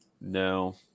No